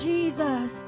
Jesus